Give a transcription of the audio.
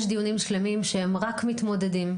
יש דיונים שלמים שהם רק מתמודדים,